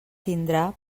tindrà